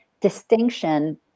distinction